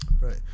Right